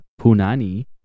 punani